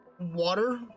water